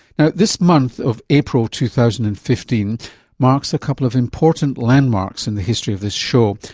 now, this month of april two thousand and fifteen marks a couple of important landmarks in the history of this show,